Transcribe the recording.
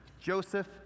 Joseph